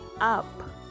up